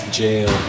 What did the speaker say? jail